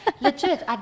legit